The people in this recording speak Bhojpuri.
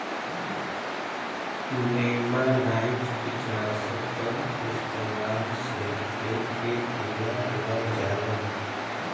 नेमानाइट कीटनाशक क इस्तेमाल से खेत के कीड़ा मर जालन